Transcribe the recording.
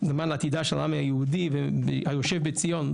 למען עתידו של העם היהודי היושב בציון,